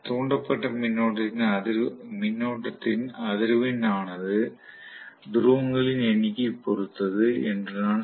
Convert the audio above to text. தூண்டப்பட்ட மின்னோட்டத்தின் அதிர்வெண் ஆனது துருவங்களின் எண்ணிக்கையைப் பொறுத்தது என்று நான் சொல்வேன்